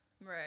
Right